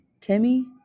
Timmy